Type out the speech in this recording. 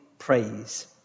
praise